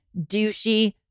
douchey